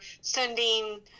sending